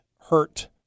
hurt